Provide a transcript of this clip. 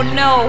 no